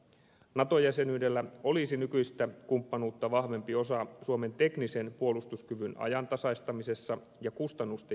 nato jäsenyydellä olisi nykyistä kumppanuutta vahvempi osa suomen teknisen puolustuskyvyn ajantasaistamisessa ja kustannustenjaossa